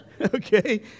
Okay